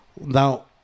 Now